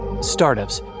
Startups